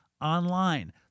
online